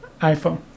iPhone